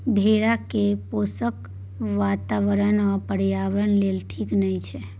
भेड़ा केँ पोसब बाताबरण आ पर्यावरण लेल ठीक नहि छै